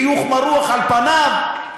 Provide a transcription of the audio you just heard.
חיוך מרוח על פניו,